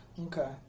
Okay